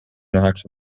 üheksa